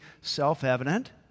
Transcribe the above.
self-evident